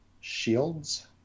Shields